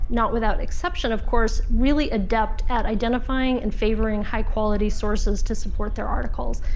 not without acception, of course, really adept at identifying and favoring high-quality sources to support their articles.